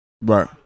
Right